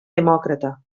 demòcrata